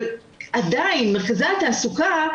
אבל עדיין מרכזי התעסוקה,